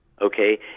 okay